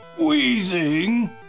Wheezing